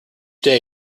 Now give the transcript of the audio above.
day